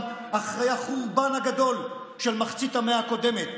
אחרי החורבן הגדול של מחצית המאה הקודמת.